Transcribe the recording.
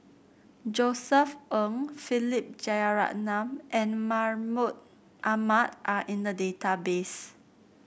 Josef Ng Philip Jeyaretnam and Mahmud Ahmad are in the database